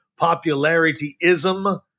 popularityism